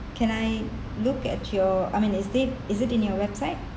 can I look at your I mean is it is it in your website